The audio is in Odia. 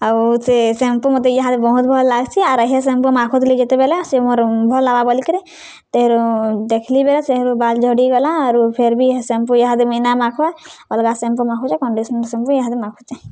ଆଉ ସେ ସାମ୍ପୁ ମତେ ଇହାଦେ ବହୁତ୍ ଭଲ୍ ଲାଗ୍ସି ଆର୍ ହେ ସାମ୍ପୁ ମାଖୁଥିଲି ଯେତେବେଲେ ସେ ମୋର୍ ଭଲ୍ ହେବା ବୋଲିକିରେ ତେହେରୁ ଦେଖ୍ଲି ବେଲେ ସେ ବାଲ୍ ଝଡ଼ିଗଲା ଆରୁ ଫେର୍ ବି ହେ ସାମ୍ପୁ ଇହାଦେ ମୁଇଁ ନାଇ ମାଖ୍ବାର୍ ଅଲ୍ଗା ସାମ୍ପୁ ମାଖୁଛେଁ କଣ୍ଡିସନର୍ ସାମ୍ପୁ ଇହାଦେ ମାଖୁଛେଁ